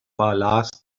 last